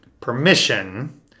permission